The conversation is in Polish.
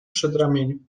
przedramieniu